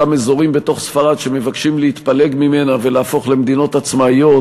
אותם אזורים בתוך ספרד שמבקשים להתפלג ממנה ולהפוך למדינות עצמאיות,